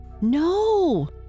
No